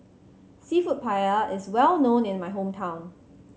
Seafood Paella is well known in my hometown